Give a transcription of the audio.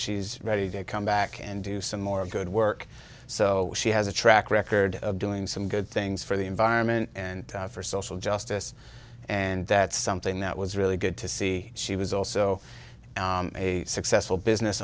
she's ready to come back and do some more good work so she has a track record of doing some good things for the environment and for social justice and that's something that was really good to see she was also a successful business